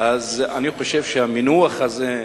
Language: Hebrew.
אני חושב שהמינוח הזה,